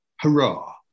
Hurrah